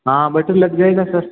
हाँ बटर लग जाएगा सर